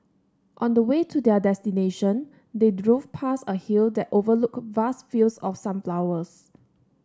on the way to their destination they drove past a hill that overlooked vast fields of sunflowers